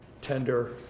tender